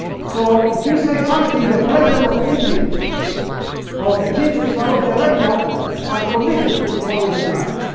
so if you say something, the president of egypt or the king of saudi arabia are committed to follow his line.